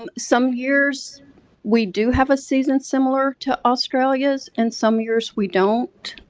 um some years we do have a season similar to australia's and some years we don't.